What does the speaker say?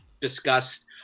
discussed